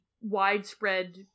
widespread